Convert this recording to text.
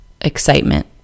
excitement